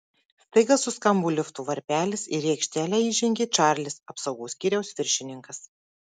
staiga suskambo lifto varpelis ir į aikštelę įžengė čarlis apsaugos skyriaus viršininkas